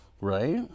right